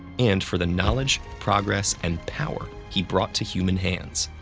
and for the knowledge, progress, and power he brought to human hands.